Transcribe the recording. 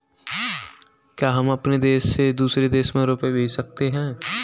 क्या हम अपने देश से दूसरे देश में रुपये भेज सकते हैं?